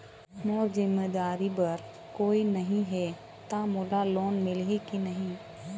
मोर जिम्मेदारी बर कोई नहीं हे त मोला लोन मिलही की नहीं?